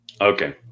Okay